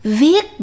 viết